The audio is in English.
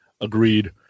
Agreed